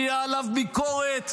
תהיה עליו ביקורת.